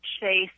chase